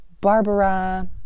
Barbara